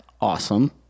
Awesome